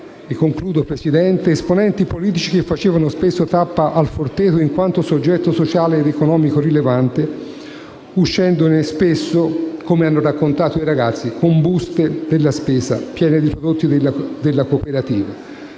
sporchi. Infine, esponenti politici che facevano spesso tappa al Forteto in quanto soggetto sociale ed economico rilevante, uscendone spesso - come hanno raccontato i ragazzi - con buste della spesa piene di prodotti della cooperativa.